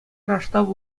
раштав